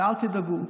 ואל תדאגו.